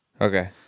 Okay